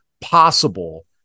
possible